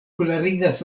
klarigas